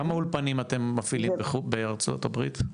כמה אולפנים אתם מפעילים בארצות הברית?